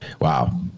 Wow